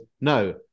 no